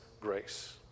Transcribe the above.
grace